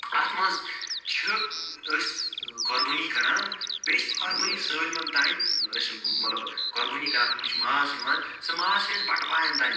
اَتھ منٛز چھِ أسۍ ٲں قۄبٲنی کران بیٚیہِ سُہ قۄبٲنی سٲلِمَن تانۍ أسۍ مطلب قۄبٲنی کران تَتھ منٛز چھِ ماز یِوان سُہ ماز چھِ أسۍ بَٹہٕ بھایَن تانۍ دِوان